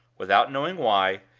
without knowing why,